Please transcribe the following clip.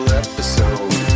episode